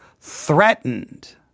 threatened